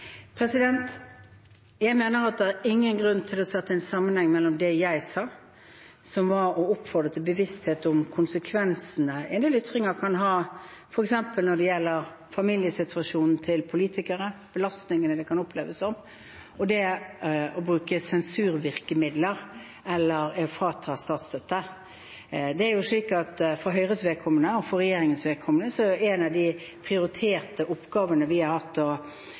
Jeg mener det er ingen grunn til å se en sammenheng mellom det jeg sa – som var å oppfordre til bevissthet om konsekvensene en del ytringer kan ha, f.eks. når det gjelder familiesituasjonen til politikere, belastningene det kan oppleves som – og det å bruke sensurvirkemidler eller frata statsstøtte. For Høyres vedkommende, og for regjeringens vedkommende, er en av de prioriterte oppgavene vi har hatt,